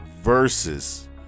versus